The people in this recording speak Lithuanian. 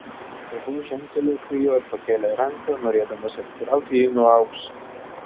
ho žengtelėjo prie jo ir pakėlė ranką norėdamas atitraukti jį nuo aukso